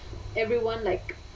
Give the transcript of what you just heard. everyone like